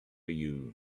you